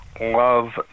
love